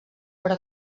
però